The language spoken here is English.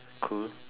cool